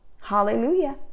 Hallelujah